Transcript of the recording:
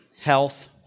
health